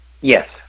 Yes